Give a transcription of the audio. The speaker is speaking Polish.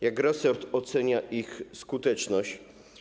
Jak resort ocenia ich skuteczność?